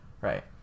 Right